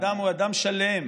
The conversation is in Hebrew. האדם הוא אדם שלם,